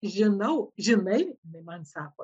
žinau žinai jinai man sako